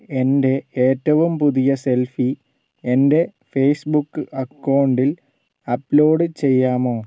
എന്റെ ഏറ്റവും പുതിയ സെൽഫി എന്റെ ഫേയ്സ്ബുക്ക് അക്കൗണ്ടിൽ അപ്ലോഡ് ചെയ്യാമോ